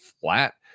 flat